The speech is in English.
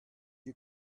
you